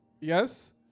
Yes